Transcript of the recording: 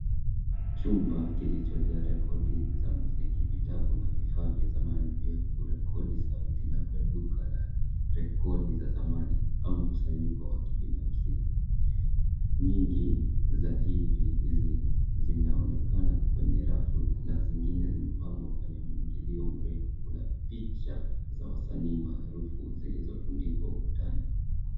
Chumba kilicho jaa rekodi za mziki, vitabu na vifaa vya zamani vya kurekodi sauti, labda duka la rekodi za zamani au mkusanyiko wa kibinafsi. Nyingi za hizi, zinaonekana kwenye rafu na zingine zimepangwa kwenye muingilio mrefu. Kuna picha za wasanii maarufu zilizotundikwa ukutani.